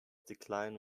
decline